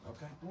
Okay